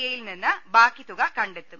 ഐയിൽ നിന്ന് ബാക്കി തുക കണ്ടെത്തും